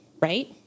Right